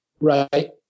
right